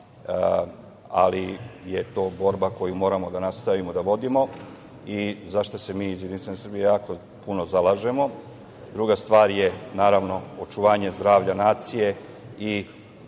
ali je to borba koju moramo da nastavimo da vodimo i za šta se mi iz Jedinstvene Srbije jako puno zalažemo. Druga stvar je, naravno, očuvanje zdravlja nacije i